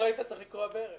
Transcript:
אתה לא היית צריך לכרוע ברך ...